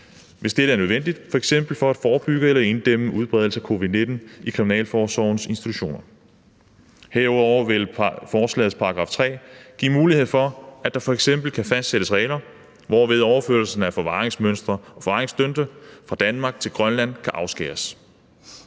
hvis dette er nødvendigt, f.eks. for at forebygge eller inddæmme udbredelse af covid-19 i Kriminalforsorgens institutioner. Herudover vil forslagets § 3 give mulighed for, at der f.eks. kan fastsættes regler, hvorved overførelsen af forvaringsdømte fra Danmark til Grønland kan afskæres.